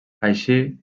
així